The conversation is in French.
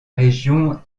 région